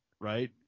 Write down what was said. Right